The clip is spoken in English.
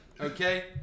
Okay